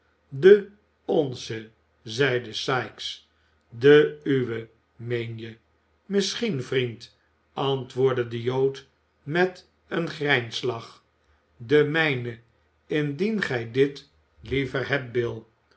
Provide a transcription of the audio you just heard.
de onze zeide sikes de uwe meen je misschien vriend antwoordde de jood met een grijnslach de mijne indien gij dit liever hebt bill